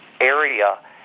area